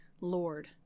Lord